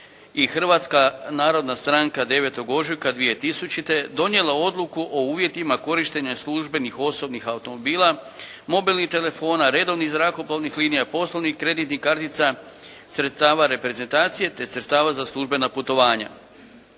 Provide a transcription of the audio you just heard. i Hrvatska narodna stranka 9. ožujka 2000. donijela Odluku o uvjetima korištenja službenih osobnih automobila, mobilnih telefona, redovnih zrakoplovnih linija, poslovnih kreditnih kartica, sredstava reprezentacije te sredstava za službena putovanja.